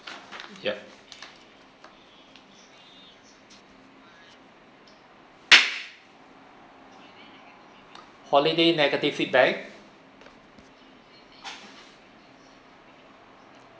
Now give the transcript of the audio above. yup holiday negative feedback